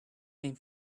came